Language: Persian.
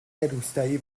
روستایی